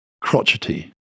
crotchety